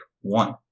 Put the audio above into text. one